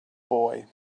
boy